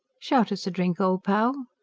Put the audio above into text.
shout us a drink, old pal!